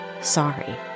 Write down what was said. sorry